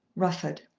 rufford.